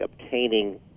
obtaining